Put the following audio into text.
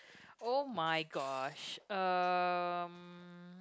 oh-my-gosh um